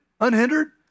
unhindered